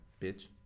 Bitch